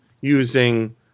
using